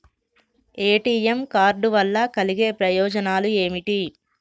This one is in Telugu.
ఏ.టి.ఎమ్ కార్డ్ వల్ల కలిగే ప్రయోజనాలు ఏమిటి?